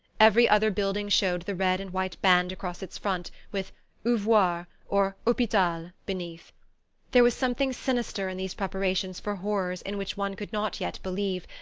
every other building showed the red and white band across its front, with ouvroir or hopital beneath there was something sinister in these preparations for horrors in which one could not yet believe,